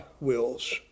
wills